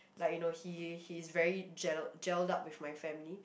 like you know he he is very gel gelled up with my family